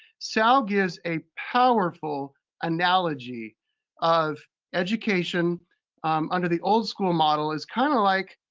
sal gives a powerful analogy of education under the old school model is kind of like,